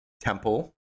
temple